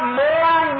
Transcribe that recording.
more